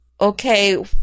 okay